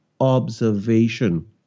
observation